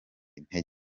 intege